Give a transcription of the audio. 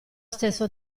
stesso